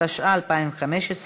התשע"ה 2015,